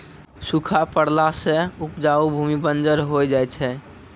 सूखा पड़ला सें उपजाऊ भूमि बंजर होय जाय छै